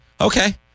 Okay